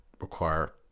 require